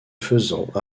faisant